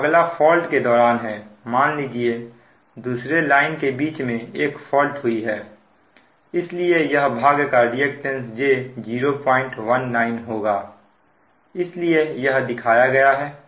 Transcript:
अगला फॉल्ट के दौरान है मान लीजिए दूसरे लाइन के बीच में एक फॉल्ट हुई है इसलिए यह भाग का रिएक्टेंस j019 होगा इसलिए यह दिखाया गया है